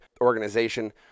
organization